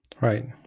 Right